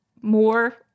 more